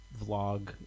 vlog